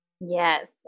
Yes